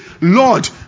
Lord